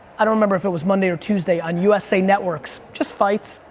i don't remember if it was monday or tuesday, on usa network, so just fights.